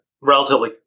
relatively